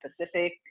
Pacific